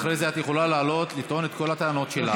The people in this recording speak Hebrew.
אחרי זה את יכולה לעלות לטעון את כל הטענות שלך.